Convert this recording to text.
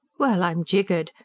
well, i'm jiggered!